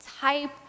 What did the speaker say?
type